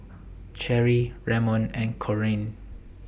Cherrie Ramon and Corene